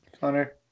Connor